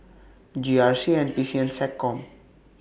G R C N P C and Seccom